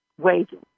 wages